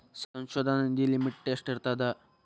ಸಂಶೋಧನಾ ನಿಧಿ ಲಿಮಿಟ್ ಎಷ್ಟಿರ್ಥದ